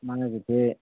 ꯃꯥꯒꯤꯁꯦ